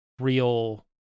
real